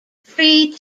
free